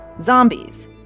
Zombies